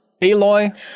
aloy